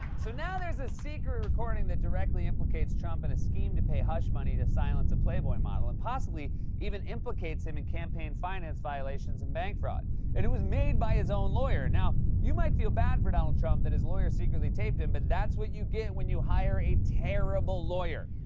so now there's a secret recording that directly implicates trump in a scheme to pay hush money to silence a playboy model and possibly even implicates him in campaign-finance violations and bank fraud, and it was made by his own lawyer. now, you might feel bad for donald trump that his lawyer secretly taped him, but that's what you get when you hire a terrible lawyer.